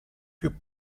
più